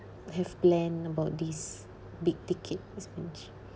have planned about this big ticket expenditures